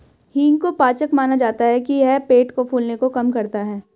हींग को पाचक माना जाता है कि यह पेट फूलने को कम करता है